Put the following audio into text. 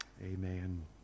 Amen